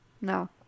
No